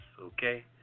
okay